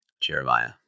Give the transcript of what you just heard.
Jeremiah